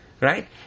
Right